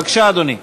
בבקשה, אדוני.